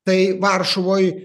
tai varšuvoj